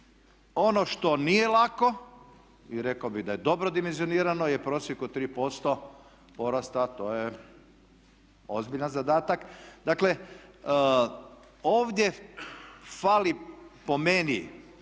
ono što nije lako i rekao bih da je dobro dimenzirano je prosjek od 3% porasta, a to je ozbiljan zadatak. Dakle, ovdje fali po meni